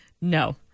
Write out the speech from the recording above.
No